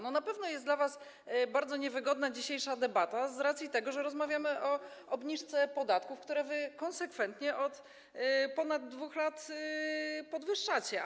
Na pewno jest dla was bardzo niewygodna dzisiejsza debata z racji tego, że rozmawiamy o obniżce podatku, a wy konsekwentnie od ponad 2 lat podwyższacie podatki.